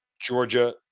Georgia